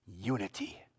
unity